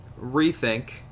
rethink